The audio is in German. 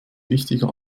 wichtiger